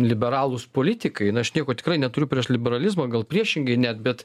liberalūs politikai na aš nieko tikrai neturiu prieš liberalizmą gal priešingai net bet